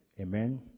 Amen